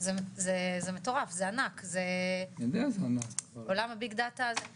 זה מטורף, זה ענק, זה עולם ה- BIG DATA, אגב,